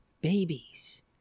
babies